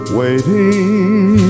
waiting